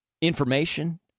information